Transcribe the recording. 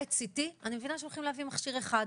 PET CT אני מבינה שהולכים להביא מכשיר אחד.